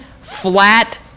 flat